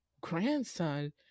grandson